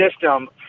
system